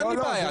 אין לי בעיה.